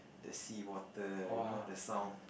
the seawater you know the sound